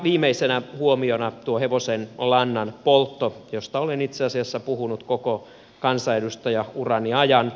viimeisenä huomiona tuo hevosenlannan poltto josta olen itse asiassa puhunut koko kansanedustajaurani ajan